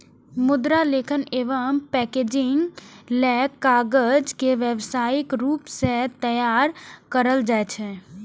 मुद्रण, लेखन एवं पैकेजिंग लेल कागज के व्यावसायिक रूप सं तैयार कैल जाइ छै